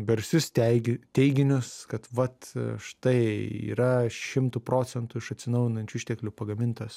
garsius teigi teiginius kad vat štai yra šimtu procentų iš atsinaujinančių išteklių pagamintas